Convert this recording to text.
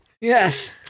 Yes